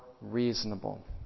reasonable